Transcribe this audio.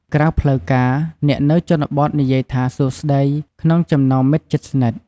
ក្រៅផ្លូវការ អ្នកនៅជនបទនិយាយថា «សួស្ដី» ក្នុងចំណោមមិត្តជិតស្និទ្ធ។